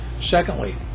secondly